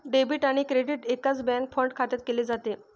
debit आणि credit एकाच bank fund खात्यात केले जाते